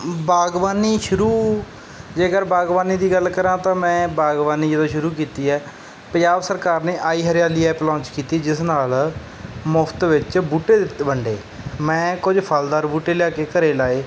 ਬਾਗਵਾਨੀ ਸ਼ੁਰੂ ਜੇਕਰ ਬਾਗਵਾਨੀ ਦੀ ਗੱਲ ਕਰਾਂ ਤਾਂ ਮੈਂ ਬਾਗਵਾਨੀ ਜਦੋਂ ਸ਼ੁਰੂ ਕੀਤੀ ਹੈ ਪੰਜਾਬ ਸਰਕਾਰ ਨੇ ਆਈ ਹਰਿਆਲੀ ਐਪ ਲਾਂਚ ਕੀਤੀ ਜਿਸ ਨਾਲ ਮੁਫ਼ਤ ਵਿੱਚ ਬੂਟੇ ਦਿੱਤੇ ਵੰਡੇ ਮੈਂ ਕੁਝ ਫ਼ਲਦਾਰ ਬੂਟੇ ਲਿਆ ਕੇ ਘਰ ਲਾਏ